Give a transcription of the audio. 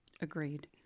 Agreed